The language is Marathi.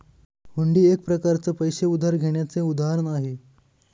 हुंडी एक प्रकारच पैसे उधार घेण्याचं उदाहरण आहे